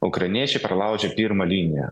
ukrainiečiai perlaužia pirmą liniją